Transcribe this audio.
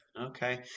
Okay